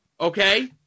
Okay